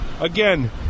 Again –